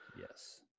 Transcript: Yes